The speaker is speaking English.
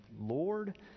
Lord